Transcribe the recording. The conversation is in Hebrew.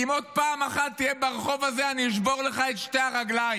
אם עוד פעם אחת תהיה ברחוב הזה אני אשבור לך את שתי הרגליים.